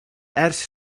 ers